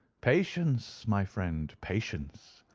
patience, my friend, patience!